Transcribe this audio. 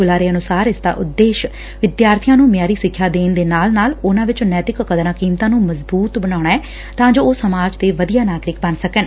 ਬੁਲਾਰੇ ਅਨੁਸਾਰ ਇਸ ਦਾ ਉਦੇਸ਼ ਵਿਦਿਆਰਥੀਆਂ ਨੂੰ ਮਿਆਰੀ ਸਿੱਖਿਆ ਦੇਣ ਦੇ ਨਾਲ ਨਾਲ ਉਨਾਂ ਵਿੱਚ ਨੈਤਿਕ ਕਦਰਾਂ ਕੀਮਤਾਂ ਨੂੰ ਮਜ਼ਬੁਤ ਬਨਾਉਣਾ ਏ ਤਾਂ ਉਹ ਸਮਾਜ ਦੇ ਵਧੀਆੋ ਨਾਗਰਿਕ ਬਣ ਸਕਣ